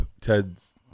Ted's